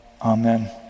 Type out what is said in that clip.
amen